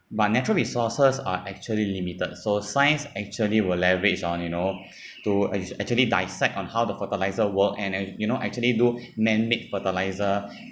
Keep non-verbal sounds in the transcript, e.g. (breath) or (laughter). but natural resources are actually limited so science actually will leverage on you know (breath) to ac~ actually dissect on how the fertiliser work and and you know actually do (breath) manmade fertiliser (breath)